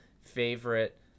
favorite